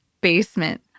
basement